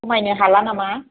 खमायनो हाला नामा